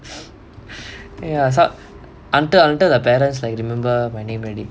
ya so until until the parents remember my name already